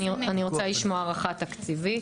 אני רוצה לשמוע הערכה תקציבית.